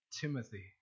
Timothy